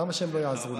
למה שהם לא יעזרו?